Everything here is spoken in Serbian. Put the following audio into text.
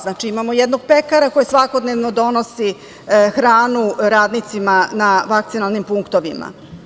Znači, imamo jednog pekara koji svakodnevno donosi hranu radnicima na vakcinalnim punktovima.